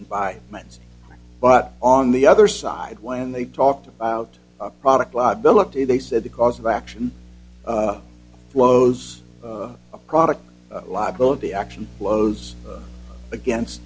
minds but on the other side when they talked about a product liability they said the cause of action flows a product liability action blows against